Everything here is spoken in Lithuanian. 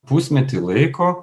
pusmetį laiko